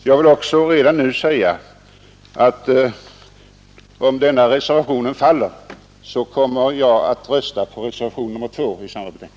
Jag vill också redan nu säga, att om denna reservation faller kommer jag att rösta på reservationen 2 vid samma betänkande.